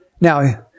Now